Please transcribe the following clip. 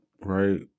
right